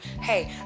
Hey